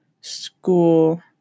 school